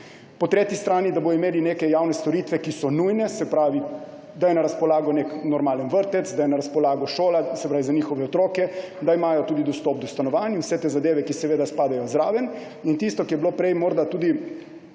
Po tretji strani da bodo imeli neke javne storitve, ki so nujne, da je na razpolago nek normalen vrtec, da je na razpolago šola za njihove otroke, da imajo tudi dostop do stanovanj in vse te zadeve, ki seveda spadajo zraven. In tisto, kar je bilo prej morda tudi,